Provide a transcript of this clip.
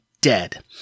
dead